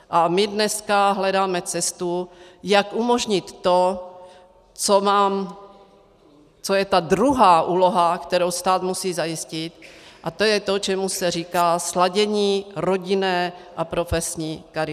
A my dneska hledáme cestu, jak umožnit to, co je ta druhá úloha, kterou stát musí zajistit, a to je to, čemu se říká sladění rodinné a profesní kariéry.